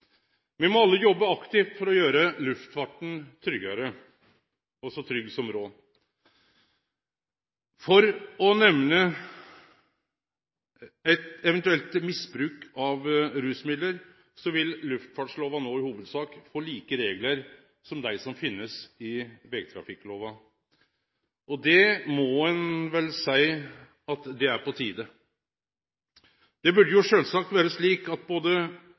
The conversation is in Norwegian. Me må alle jobbe aktivt for å gjere luftfarten tryggare – så trygg som råd er. For å nemne t.d. eventuelt misbruk av rusmiddel vil luftfartslova no i hovudsak få like reglar som dei som finst i vegtrafikklova. Det må ein vel seie er på tide. Det burde sjølvsagt vore slik at